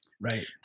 Right